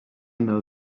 know